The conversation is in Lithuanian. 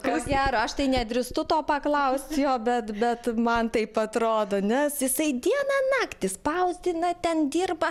ko gero aš tai nedrįstu to paklaust jo bet bet man taip atrodo nes jisai dieną naktį spausdina ten dirba